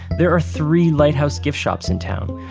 there are three lighthouse gift shops in town.